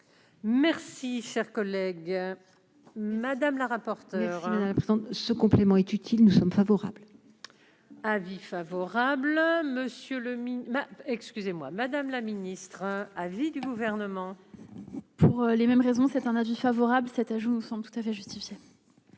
Merci, cher collègue Madame la rapporteure. Ce complément est utile, nous sommes favorables. Avis favorable Monsieur le bas, excusez-moi, madame la ministre à vie du gouvernement. Pour les mêmes raisons, c'est un avis favorable cet ajout, nous sommes tout à fait justifiée.